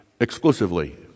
exclusively